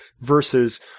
versus